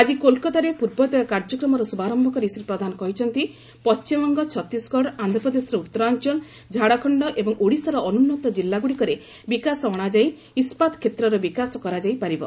ଆଜି କୋଲକାତାରେ ପୂର୍ବୋଦୟ କାର୍ଯ୍ୟକ୍ରମର ଶୁଭାରମ୍ଭ କରି ଶ୍ରୀ ପ୍ରଧାନ କହିଛନ୍ତି ପଣ୍ଢିମବଙ୍ଗ ଛତିଶଗଡ଼ ଆନ୍ଧ୍ରପ୍ରଦେଶର ଉତ୍ତରାଞ୍ଚଳ ଝାଡ଼ଖଣ୍ଡ ଏବଂ ଓଡ଼ିଶାର ଅନୁନ୍ନତ କିଲ୍ଲାଗୁଡ଼ିକରେ ବିକାଶ ଅଣାଯାଇ ଇସ୍କାତ କ୍ଷେତ୍ରର ବିକାଶ କରାଯାଇ ପାରିବ